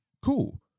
cool